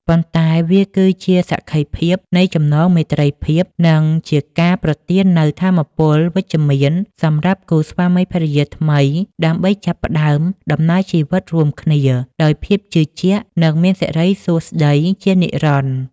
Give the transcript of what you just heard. ប៉ុន្តែវាគឺជាសក្ខីភាពនៃចំណងមេត្រីភាព និងជាការប្រទាននូវថាមពលវិជ្ជមានសម្រាប់គូស្វាមីភរិយាថ្មី ដើម្បីចាប់ផ្តើមដំណើរជីវិតរួមគ្នាដោយភាពជឿជាក់ និងមានសិរីសួស្តីជានិរន្តរ៍។